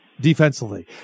Defensively